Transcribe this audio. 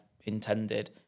intended